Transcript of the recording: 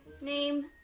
name